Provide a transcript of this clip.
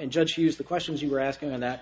and judge hughes the questions you were asking